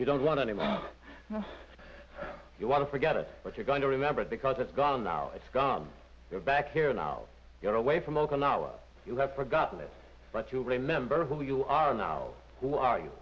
you don't want anymore now you want to forget it but you're going to remember it because it's gone now it's gone you're back here now you're away from okinawa you have forgotten it but you remember who you are now who are you